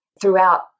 throughout